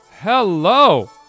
Hello